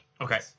Okay